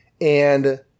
and-